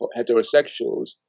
heterosexuals